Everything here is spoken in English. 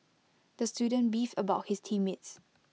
the student beefed about his team mates